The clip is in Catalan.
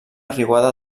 riuada